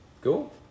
Cool